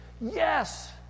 Yes